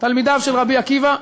תלמידיו של רבי עקיבא,